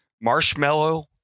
Marshmallow